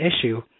issue